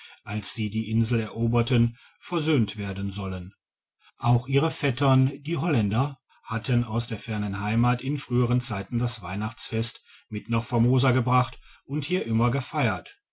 als sie die insel eroberten versöhnt werden sollen auch ihre vettern die holländer hätten aus der fernen heimat in früherer zeit das weihnachtsfest mit nach formosa gebracht und hier immer gefeiert